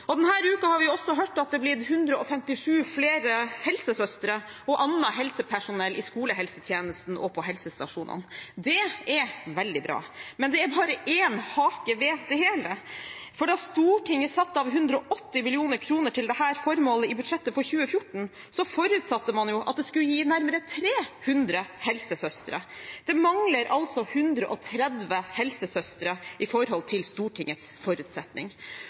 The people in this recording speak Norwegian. har vi også hørt at det er blitt 157 flere helsesøstre og annet helsepersonell i skolehelsetjenesten og på helsestasjonene. Det er veldig bra. Men det er bare én hake ved det hele: Da Stortinget satte av 180 mill. kr til dette formålet i budsjettet for 2014, forutsatte man jo at det skulle gi nærmere 300 helsesøstre. Det mangler altså 130 helsesøstre i forhold til Stortingets forutsetning.